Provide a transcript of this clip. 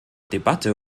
debatte